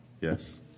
Yes